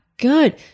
good